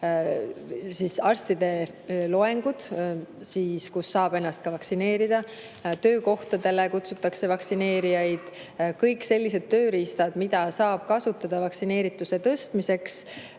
arstide loengud, kus saab ennast ka vaktsineerida. Töökohtadele kutsutakse vaktsineerijaid. Kõiki selliseid tööriistu, mida saab kasutada vaktsineerituse suurendamiseks,